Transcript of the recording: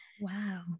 wow